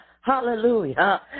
Hallelujah